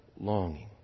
longing